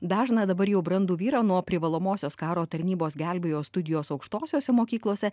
dažną dabar jau brandų vyrą nuo privalomosios karo tarnybos gelbėjo studijos aukštosiose mokyklose